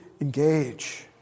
engage